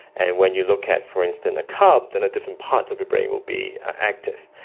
and when you look at, for instance, a cup, then different parts of your brain will be active.